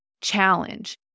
challenge